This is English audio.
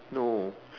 no